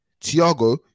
Tiago